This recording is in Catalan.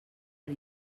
per